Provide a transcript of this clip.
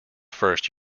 first